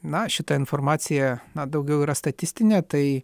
na šita informacija na daugiau yra statistinė tai